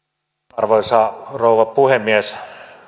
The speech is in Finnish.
arvoisa rouva puhemies